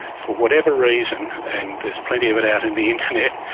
for whatever reason, and there is plenty of it out in the internet,